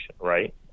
right